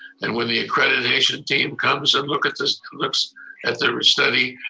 and when the accreditation team comes and look at this, looks at their study,